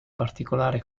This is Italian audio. particolare